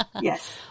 Yes